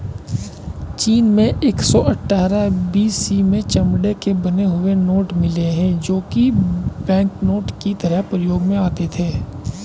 चीन में एक सौ अठ्ठारह बी.सी में चमड़े के बने हुए नोट मिले है जो की बैंकनोट की तरह प्रयोग में आते थे